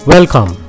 Welcome